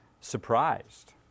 surprised